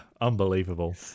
Unbelievable